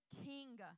king